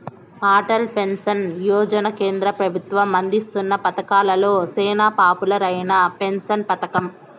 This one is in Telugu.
అటల్ పెన్సన్ యోజన కేంద్ర పెబుత్వం అందిస్తున్న పతకాలలో సేనా పాపులర్ అయిన పెన్సన్ పతకం